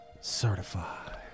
certified